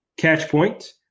Catchpoint